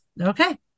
Okay